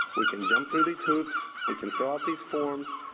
we can jump through these hoops, we can fill out these forms,